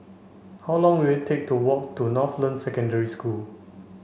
how long will it take to walk to Northland Secondary School